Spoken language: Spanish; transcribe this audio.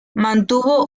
mantuvo